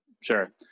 Sure